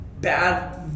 bad